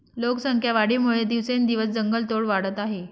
लोकसंख्या वाढीमुळे दिवसेंदिवस जंगलतोड वाढत आहे